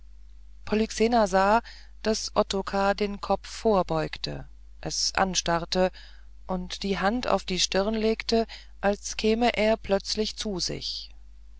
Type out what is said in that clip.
polyxena sah daß ottokar den kopf vorbeugte es anstarrte und die hand auf die stirn legte als käme er plötzlich zu sich